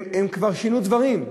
הם כבר שינו דברים,